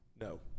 No